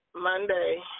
Monday